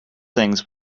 things